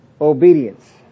obedience